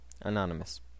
Anonymous